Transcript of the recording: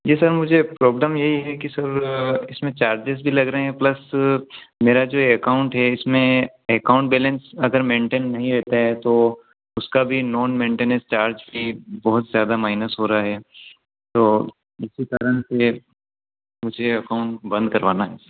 जी sir मुझे problem यही कि सर इसमें चार्जेज़ भी लग रहे हैं प्लस मेरा जो अकाउन्ट है इसमें अकाउन्ट बैलेंस अगर मेंटेन नहीं रहता है तो उसका भी नॉन मेंटेनस चार्ज भी बहुत ज़्यादा माइनस हो रहा है तो इसी कारण से मुझे अकाउन्ट बंद करवाना है